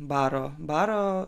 baro baro